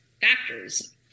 factors